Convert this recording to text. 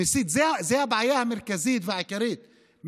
המסית זה הבעיה המרכזית והעיקרית,